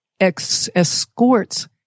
escorts